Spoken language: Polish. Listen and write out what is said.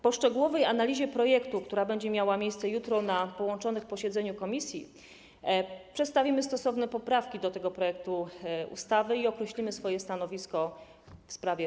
Po szczegółowej analizie projektu, która będzie miała miejsce jutro na posiedzeniu połączonych komisji, przedstawimy stosowne poprawki do tego projektu ustawy i określimy swoje stanowisko w tej sprawie.